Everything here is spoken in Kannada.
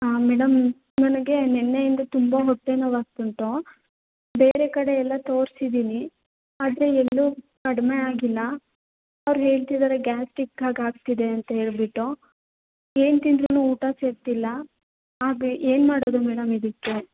ಆಂ ಮೇಡಮ್ ನನಗೆ ನಿನ್ನೆಯಿಂದ ತುಂಬ ಹೊಟ್ಟೆ ನೋವು ಆಗ್ತಾ ಉಂಟು ಬೇರೆ ಕಡೆ ಎಲ್ಲ ತೋರಿಸಿದೀನಿ ಆದರೆ ಎಲ್ಲೂ ಕಡಿಮೆ ಆಗಿಲ್ಲ ಅವ್ರು ಹೇಳ್ತಿದ್ದಾರೆ ಗ್ಯಾಸ್ಟ್ರಿಕ್ಕಾಗಿ ಆಗ್ತಿದೆ ಅಂತ ಹೇಳಿಬಿಟ್ಟು ಏನು ತಿಂದ್ರು ಊಟ ಸೇರ್ತಿಲ್ಲ ಆದರೆ ಏನು ಮಾಡೋದು ಮೇಡಮ್ ಇದಕ್ಕೆ